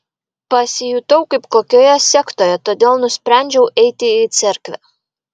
pasijutau kaip kokioje sektoje todėl nusprendžiau eiti į cerkvę